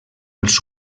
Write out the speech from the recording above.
als